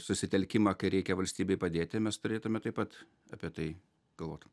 susitelkimą kai reikia valstybei padėti mes turėtume taip pat apie tai galvot